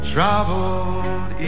Traveled